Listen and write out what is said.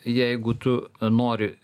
jeigu tu nori